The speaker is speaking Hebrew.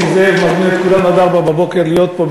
נסים זאב מזמין את כולם עד ארבע בבוקר להיות פה,